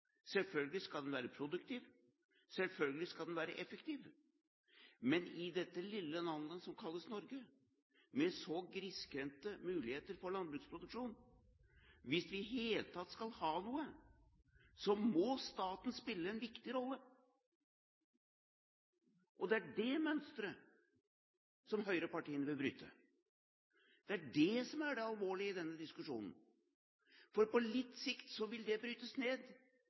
selvfølgelig være lønnsom. Selvfølgelig skal den være produktiv. Selvfølgelig skal den være effektiv. Men hvis vi i det hele tatt skal ha noe i dette lille landet som kalles Norge, med så grisgrendte muligheter for landbruksproduksjon, må staten spille en viktig rolle. Det er dette mønsteret høyrepartiene vil bryte. Det er dette som er det alvorlige i denne diskusjonen. På litt sikt vil det brytes ned.